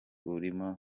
urimo